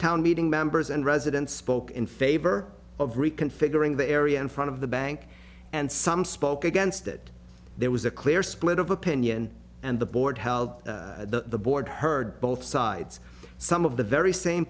town meeting members and residents spoke in favor of reconfiguring the area in front of the bank and some spoke against it there was a clear split of opinion and the board held the board heard both sides some of the very same